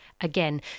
again